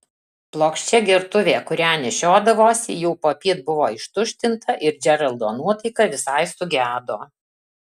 plokščia gertuvė kurią nešiodavosi jau popiet buvo ištuštinta ir džeraldo nuotaika visai sugedo